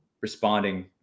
responding